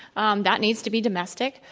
um that needs to be domestic,